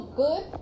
good